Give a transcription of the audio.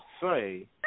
say